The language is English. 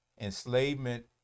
enslavement